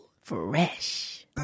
Fresh